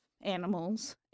animals